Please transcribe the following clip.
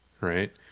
Right